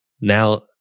Now